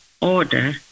order